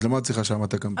אז למה צריך שם קמפיין?